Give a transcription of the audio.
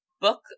book